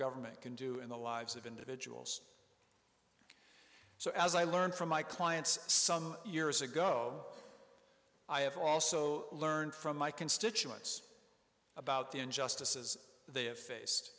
government can do in the lives of individuals so as i learned from my clients some years ago i have also learned from my constituents about the injustices the